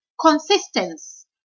Consistence